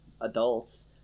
adults